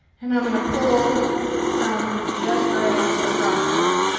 and i'm going to pull some just red across this.